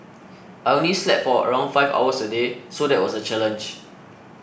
I only slept for around five hours a day so that was a challenge